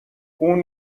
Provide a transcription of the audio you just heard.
اون